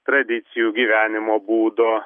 tradicijų gyvenimo būdo